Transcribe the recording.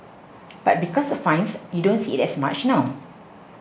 but because of fines you don't see it as much now